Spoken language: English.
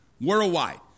worldwide